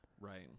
Right